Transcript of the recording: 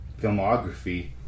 filmography